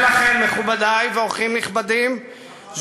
מכובדי ואורחים נכבדים,